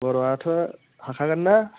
बर'आथ' हाखागोननो